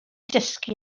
dysgu